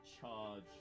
charge